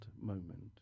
moment